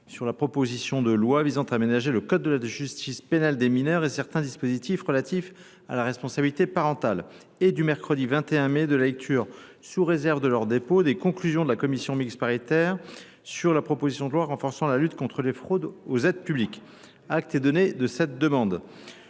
sur la proposition de loi visant à aménager le code de la justice pénale des mineurs et certains dispositifs relatifs à la responsabilité parentale et du mercredi 21 mai de la lecture sous réserve de l'ordre dépôt des conclusions de la commission mi-exparitaire sur la proposition de loi renforçant la lutte contre les fraudes aux aides publiques. actes et données de cette demande.